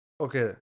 okay